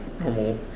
normal